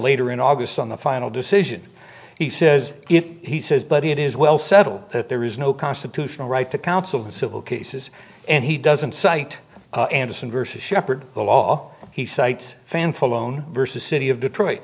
later in august on the final decision he says if he says but it is well settled that there is no constitutional right to counsel civil cases and he doesn't cite anderson versus shepherd the law he cites fan phone versus city of detroit